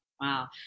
Wow